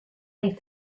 les